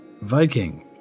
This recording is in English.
Viking